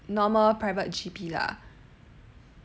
normal private G_P lah